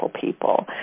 people